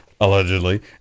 allegedly